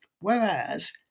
Whereas